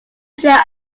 chair